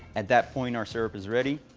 at that point, our syrup is ready.